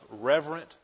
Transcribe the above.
reverent